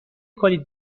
کنید